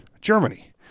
Germany